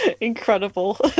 Incredible